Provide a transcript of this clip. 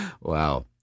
Wow